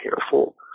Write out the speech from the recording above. careful